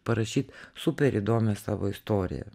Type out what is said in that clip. parašyt super įdomią savo istoriją